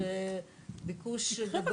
שיש ביקוש גדול